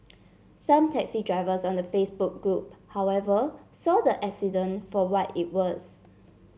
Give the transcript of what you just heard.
some taxi drivers on the Facebook group however saw the accident for what it was